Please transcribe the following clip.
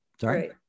Sorry